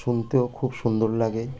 শুনতেও খুব সুন্দর লাগে